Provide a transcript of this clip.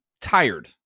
tired